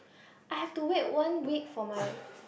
I have to wait one week for my